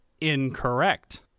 incorrect